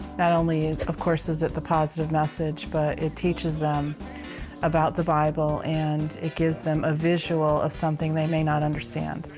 not only, of course, is it the positive message, but it teaches them about the bible and it gives them a visual of something they may not understand.